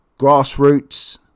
Grassroots